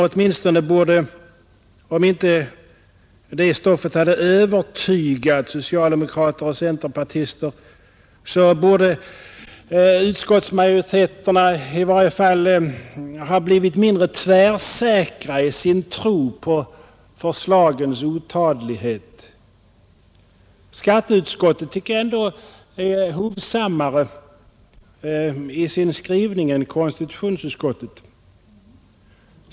Även om inte det stoffet har övertygat socialdemokrater och centerpartister, så borde utskottsmajoriteterna i varje fall ha blivit mindre tvärsäkra i sin tro på förslagens otadlighet. Skatteutskottet tycker jag ändå är mera hovsamt i sin skrivning än konstitutionsutskottet.